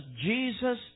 Jesus